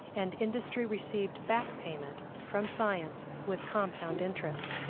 and industry received back payment from science with compound interest.